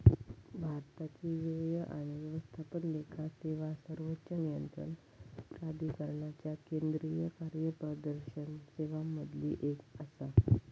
भारताची व्यय आणि व्यवस्थापन लेखा सेवा सर्वोच्च नियंत्रण प्राधिकरणाच्या केंद्रीय कार्यप्रदर्शन सेवांमधली एक आसा